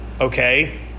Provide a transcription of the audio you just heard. Okay